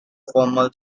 formal